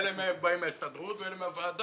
אלו באים מההסתדרות ואלו מהוועדה.